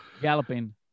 Galloping